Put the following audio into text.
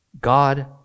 God